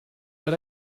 but